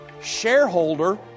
shareholder